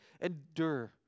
endure